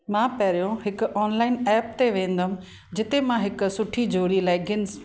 मां पहिरियों हिकु ऑनलाइन ऐप ते वेंदमि जिते मां हिक सुठी जोरी लेगिंस